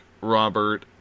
Robert